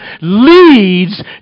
leads